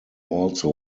also